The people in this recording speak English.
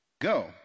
Go